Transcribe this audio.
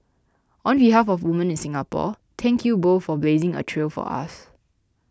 on behalf of woman in Singapore thank you both for blazing a trail for us